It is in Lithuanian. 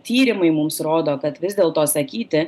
tyrimai mums rodo kad vis dėl to sakyti